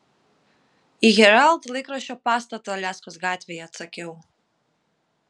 į herald laikraščio pastatą aliaskos gatvėje atsakiau